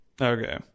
Okay